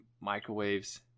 Microwaves